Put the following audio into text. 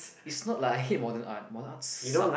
is not like I hate modern art modern art suck